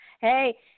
hey